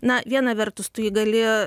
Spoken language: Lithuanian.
na viena vertus tu jį gali